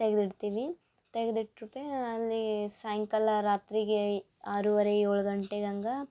ತೆಗೆದು ಇಡ್ತೀವಿ ತೆಗೆದು ಇಟ್ರುಪೇ ಅಲ್ಲಿ ಸಾಯಂಕಾಲ ರಾತ್ರಿಗೆ ಆರುವರೆ ಏಳು ಗಂಟೆ ಹಂಗ